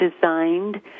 designed